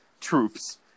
troops